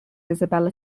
isabella